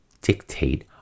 dictate